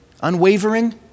unwavering